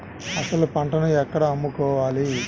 అసలు పంటను ఎక్కడ అమ్ముకోవాలి?